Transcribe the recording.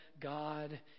God